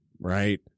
right